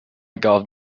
gav